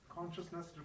consciousness